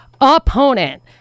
opponent